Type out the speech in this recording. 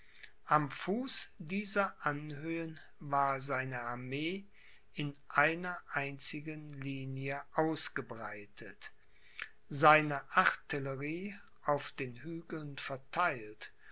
am fuß dieser anhöhen war seine armee in einer einzigen linie ausgebreitet seine artillerie auf den hügeln vertheilt